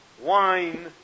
wine